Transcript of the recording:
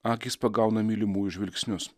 akys pagauna mylimųjų žvilgsnius